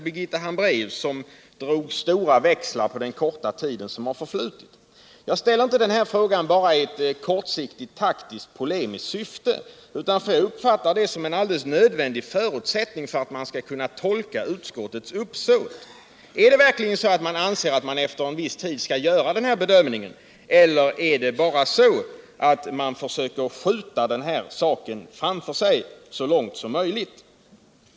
Birgitta Hambraeus drog t.ex. stora växlar på den korta tid som har förflutit. Jag ställer inte denna fråga bara i ett kortsiktigt taktiskt polemiskt syfte, utan därför att jag uppfattar det som en alldeles nödvändig förutsättning för att man skall kunna tolka utskottets uppsåt. Är det verkligen så att man anser att man efter en viss tid skall göra den här bedömningen, eller är det bara så att man försöker skjuta den här saken framför sig så långt som möjligt?